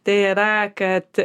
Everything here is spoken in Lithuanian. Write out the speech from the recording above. tai yra kad